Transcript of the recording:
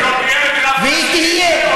והיא תהיה,